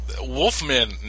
Wolfman